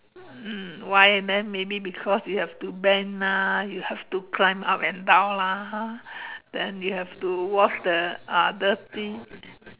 um why then maybe because you have to bend ah you have to climb up and down lah then you have to wash the ah dirty